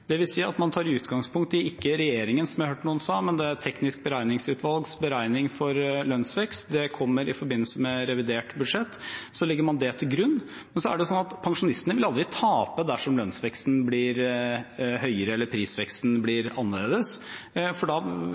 si at man tar utgangspunkt ikke i regjeringens, som jeg hørte noen sa, men i Teknisk beregningsutvalgs beregning for lønnsvekst. Det kommer i forbindelse med revidert budsjett. Så legger man det til grunn. Men pensjonistene vil aldri tape dersom lønnsveksten blir høyere eller prisveksten blir annerledes. Da